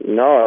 no